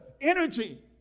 energy